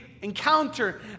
encounter